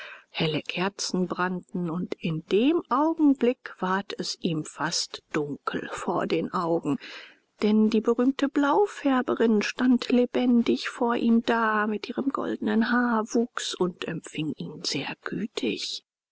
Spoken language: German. helle kerzen brannten und in dem augenblick ward es ihm fast dunkel vor den augen denn die berühmte blaufärberin stand lebendig vor ihm da mit ihrem goldenen haarwuchs und empfing ihn sehr gütig